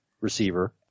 receiver